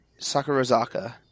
Sakurazaka